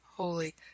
Holy